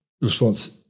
response